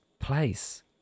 place